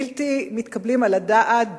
בלתי מתקבלים על הדעת,